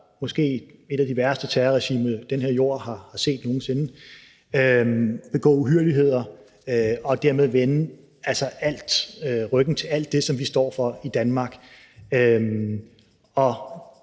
måske et af de værste terrorregimer, der nogen sinde er set på den her jord – begå uhyrligheder og dermed vende ryggen til alt det, som vi står for i Danmark.